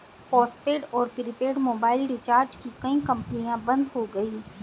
postpaid और prepaid mobile recharge की कई कंपनियां बंद हो गई